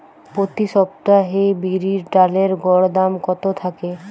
প্রতি সপ্তাহে বিরির ডালের গড় দাম কত থাকে?